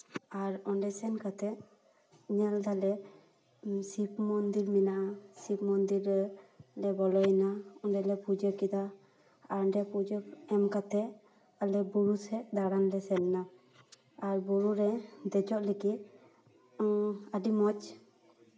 ᱟᱨ ᱚᱸᱰᱮ ᱥᱮᱱ ᱠᱟᱛᱮ ᱧᱮᱞ ᱫᱟᱞᱮ ᱥᱤᱵ ᱢᱚᱱᱫᱤᱨ ᱢᱮᱱᱟᱜᱼᱟ ᱥᱤᱵ ᱢᱚᱱᱫᱤᱨ ᱨᱮ ᱵᱚᱞᱚᱭᱮᱱᱟ ᱚᱸᱰᱮᱞᱮ ᱯᱩᱡᱟᱹ ᱠᱮᱫᱟ ᱟᱨ ᱚᱸᱰᱮ ᱯᱩᱡᱟᱹ ᱮᱢ ᱠᱟᱛᱮ ᱟᱞᱮ ᱵᱩᱨᱩ ᱥᱮᱜ ᱫᱟᱬᱟᱱ ᱞᱮ ᱥᱮᱱ ᱱᱟ ᱟᱨ ᱵᱩᱨᱩ ᱨᱮ ᱫᱮᱡᱚᱜ ᱞᱟᱹᱜᱤᱫ ᱟᱹᱰᱤ ᱢᱚᱡᱽ